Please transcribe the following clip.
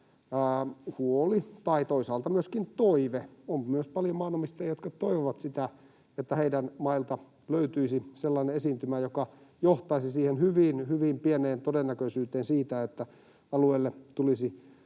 huoli tai toisaalta myöskään toive — on myös paljon maanomistajia, jotka toivovat sitä — että heidän mailtaan löytyisi sellainen esiintymä, joka johtaisi siihen hyvin, hyvin pieneen todennäköisyyteen siitä, että alueelle tulisi